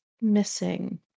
missing